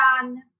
done